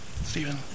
Stephen